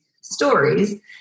stories